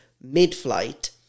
mid-flight